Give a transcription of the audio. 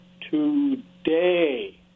today